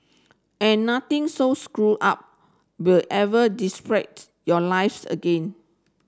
and nothing so screwed up will ever disrupt your lives again